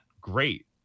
great